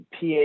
PA